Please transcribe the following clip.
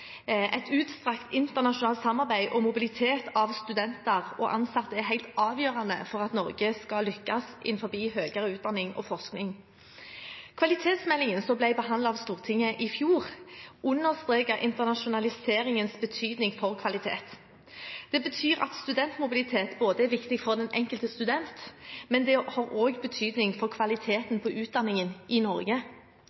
Et utstrakt internasjonalt samarbeid og mobilitet av studenter og ansatte er helt avgjørende for at Norge skal lykkes innenfor høyere utdanning og forskning. Kvalitetsmeldingen, som ble behandlet av Stortinget i fjor, understreket internasjonaliseringens betydning for kvalitet. Det betyr at studentmobilitet er viktig for den enkelte student, men også har betydning for kvaliteten